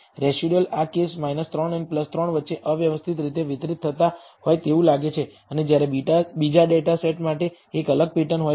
residual આ case 3 અને 3 વચ્ચે અવ્યવસ્થિત રીતે વિતરિત થતાં હોય તેવું લાગે છે અને જ્યારે બીજા ડેટા સેટ માટે એક અલગ પેટર્ન હોય છે